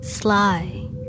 Sly